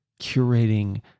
curating